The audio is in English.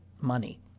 money